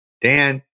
Dan